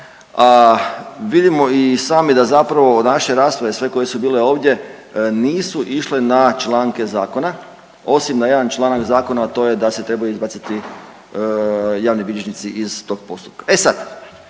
Vidimo i sami da zapravo naše rasprave sve koje su bile ovdje nisu išle na članke zakona osim na jedan članak zakona, a to je da se trebaju izbaciti javni bilježnici iz tog postupka. E sad,